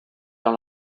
dans